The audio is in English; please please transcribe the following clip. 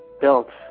built